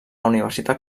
universitat